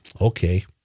Okay